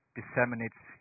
disseminates